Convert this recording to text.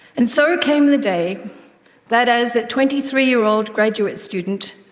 and so came the day that, as a twenty three year old graduate student,